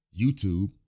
YouTube